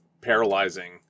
paralyzing